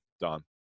Don